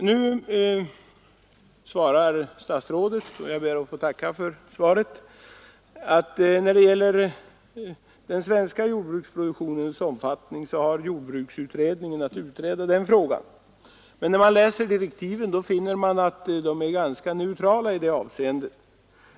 Nu svarar statsrådet, och jag ber att få tacka för svaret, att jordbruksutredningen har att utreda frågan om den svenska jordbruksproduktionens omfattning. Men när man läser direktiven finner man att de är ganska neutrala i det avseendet.